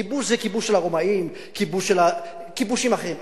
כיבוש זה כיבוש של הרומאים, כיבושים אחרים.